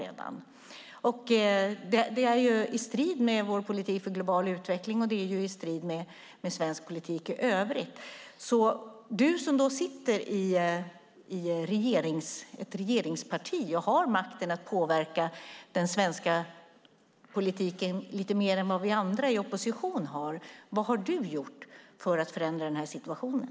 Det är i strid med vår politik för global utveckling och med svensk politik i övrigt. Fredrik Malm! Du sitter i ett regeringsparti och har mer makt att påverka den svenska politiken än vad vi i oppositionen har. Vad har du gjort för att förändra denna situation?